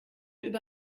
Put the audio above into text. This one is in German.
über